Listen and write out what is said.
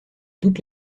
toutes